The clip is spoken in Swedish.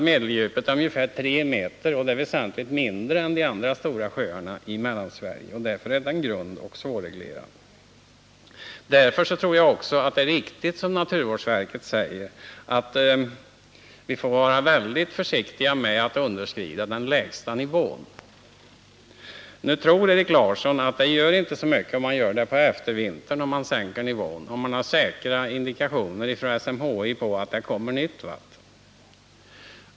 Medeldjupet är ungefär 3 m., alltså väsentligt mindre än i de andra stora sjöarna i Mellansverige. Därför är Hjälmaren grund och svårreglerad, och därför är det viktigt, som naturvårdsverket säger, att vi är väldigt försiktiga med att underskrida den lägsta nivån. Nu trodde Erik Larsson att det inte gör så mycket om man sänker nivån på eftervintern, såvida man har säkra indikationer från SMHI på att det kommer nytt vatten.